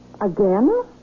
Again